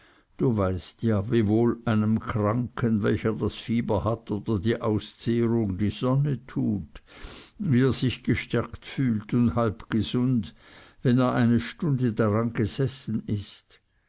du weißt ja wie wohl einem kranken welcher das fieber hat oder die auszehrung die sonne tut wie er sich gestärkt fühlt und halb gesund wenn er eine stunde daran gesessen ist